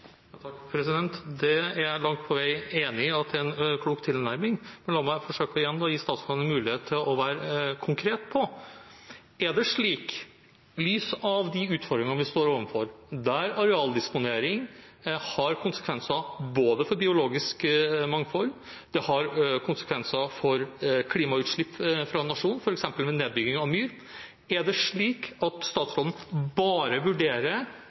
Det er jeg langt på vei enig i er en klok tilnærming. Men la meg forsøke igjen å gi statsråden en mulighet til å være konkret: Er det slik – i lys av de utfordringene vi står overfor, der arealdisponering har konsekvenser for biologisk mangfold og for klimautslipp for nasjonen, f.eks. ved nedbygging av myr – at statsråden bare vurderer,